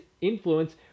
influence